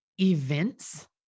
events